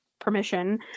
permission